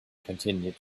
continued